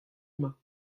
mañ